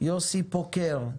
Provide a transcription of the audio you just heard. יוסי פוקר,